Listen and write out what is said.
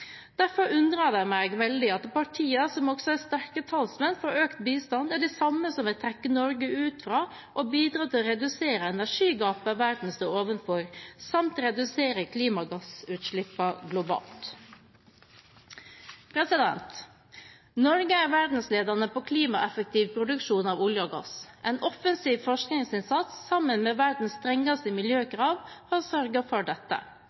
Derfor undrer det meg veldig at partier som er sterke talsmenn for økt bistand, er de samme som vil trekke Norge ut fra å bidra til å redusere energigapet verden står overfor, samt redusere klimagassutslippene globalt. Norge er verdensledende når det gjelder klimaeffektiv produksjon av olje og gass. En offensiv forskningsinnsats, sammen med verdens strengeste miljøkrav, har sørget for dette.